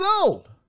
old